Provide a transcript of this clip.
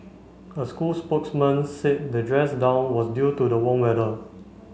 a school spokesman said the dress down was due to the warm weather